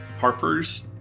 Harper's